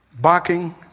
barking